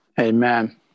Amen